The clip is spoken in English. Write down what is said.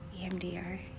EMDR